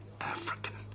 African